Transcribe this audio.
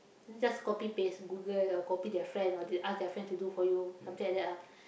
just copy paste Google or copy their friend or they ask their friend to do for you something like that ah